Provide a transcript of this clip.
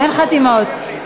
אין חתימות.